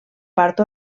part